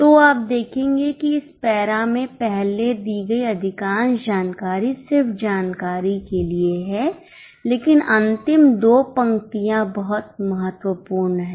तो आप देखेंगे कि इस पैरा में पहले दी गई अधिकांश जानकारी सिर्फ जानकारी के लिए है लेकिन अंतिम दो पंक्तियां बहुत महत्वपूर्ण हैं